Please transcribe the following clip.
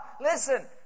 Listen